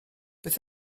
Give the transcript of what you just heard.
beth